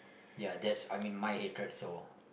ya that's I mean my hatred so